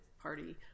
party